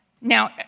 Now